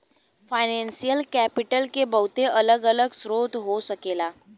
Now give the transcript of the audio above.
financial capital के बहुत अलग अलग स्रोत हो सकेला